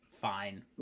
Fine